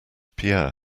pierre